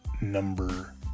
number